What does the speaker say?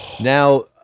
now